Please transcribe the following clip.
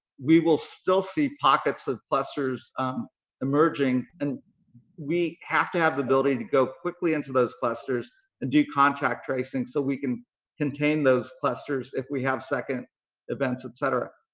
we will still see pockets of clusters emerging and we have to have the ability to go quickly into those clusters and do contact tracing so we can contain those clusters if we have second events, etc.